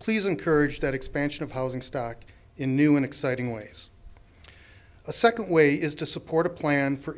please encourage that expansion of housing stock in new and exciting ways a second way is to support a plan for